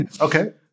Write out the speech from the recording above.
Okay